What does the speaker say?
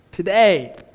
Today